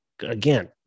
again